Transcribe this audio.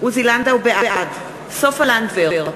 בעד סופה לנדבר,